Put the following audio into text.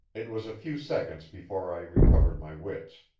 it was a few seconds before i recovered my wits.